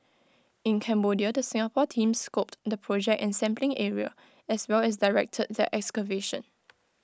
in Cambodia the Singapore team scoped the project and sampling area as well as directed the excavation